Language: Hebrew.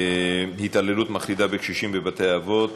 התעללות מחרידה בקשישים בבתי-אבות